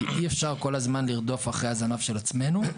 כי אי אפשר כל הזמן לרדוף אחרי הזנב של עצמנו.